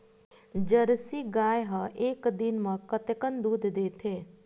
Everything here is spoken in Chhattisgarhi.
जर्सी गाय ह एक दिन म कतेकन दूध देथे?